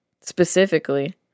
specifically